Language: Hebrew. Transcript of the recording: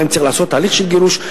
אם צריך לעשות הליך של גירוש.